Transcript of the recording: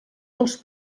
dels